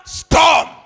storm